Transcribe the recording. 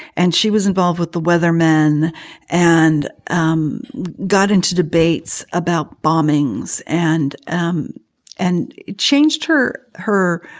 and she was involved with the weathermen and um got into debates about bombings and um and changed her her